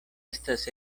estas